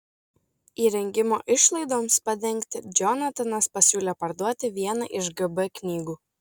įrengimo išlaidoms padengti džonatanas pasiūlė parduoti vieną iš gb knygų